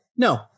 No